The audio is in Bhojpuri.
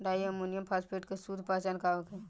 डाई अमोनियम फास्फेट के शुद्ध पहचान का होखे?